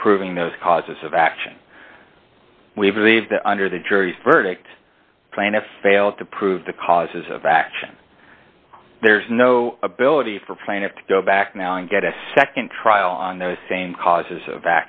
approving those causes of action we believe that under the jury's verdict plaintiff failed to prove the causes of action there's no ability for plaintiff to go back now and get a nd trial on the same causes of